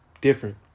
different